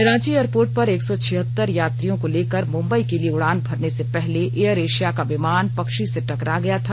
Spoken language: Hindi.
रांची एयरपोर्ट पर एक सौ छिहत्तर यात्रियों को लेकर मुंबई के लिए उड़ान भरने से पहले एयर एशिया का विमान पक्षी से टकरा गया था